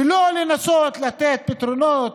ולא לנסות לתת פתרונות